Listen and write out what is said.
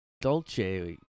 Dolce